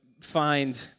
find